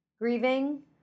grieving